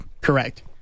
correct